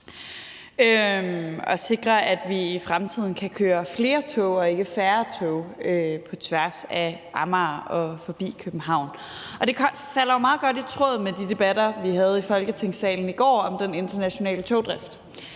og sikre, at vi i fremtiden kan køre flere tog og ikke færre tog på tværs af Amager og forbi København. Det falder jo meget godt i tråd med de debatter, vi havde i Folketingssalen i går om den internationale togdrift,